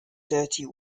dirty